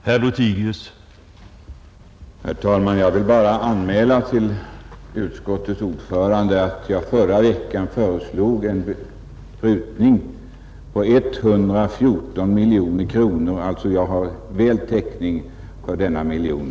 Herr talman! Jag vill bara anmäla till utskottets ordförande att jag förra veckan föreslog en prutning med 114 miljoner kronor. Jag har alltså god täckning för denna miljon.